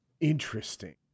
interesting